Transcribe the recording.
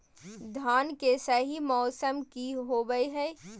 धान के सही मौसम की होवय हैय?